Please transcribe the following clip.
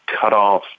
cut-off